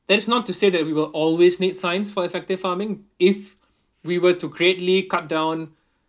that's not to say that we will always need science for effective farming if we were to greatly cut down